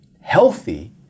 healthy